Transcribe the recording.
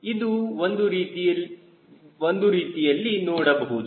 ಇದು ಒಂದು ರೀತಿಯಲ್ಲಿ ನೋಡಬಹುದು